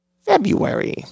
February